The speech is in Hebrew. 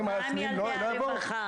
ומה עם ילדי הרווחה?